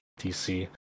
DC